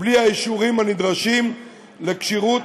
בלי האישורים הנדרשים לכשירות,